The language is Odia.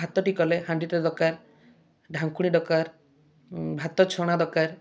ଭାତଟି କଲେ ହାଣ୍ଡିଟେ ଦରକାର ଢାଙ୍କୁଣୀ ଦରକାର ଭାତଛଣା ଦରକାର